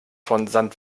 von